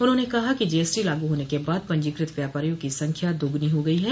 उन्होंने कहा कि जीएसटो लागू होने के बाद पंजीकृत व्यापारियों की संख्या दोगुनी हो गई है